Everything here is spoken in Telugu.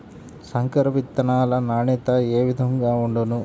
సంకర విత్తనాల నాణ్యత ఏ విధముగా ఉండును?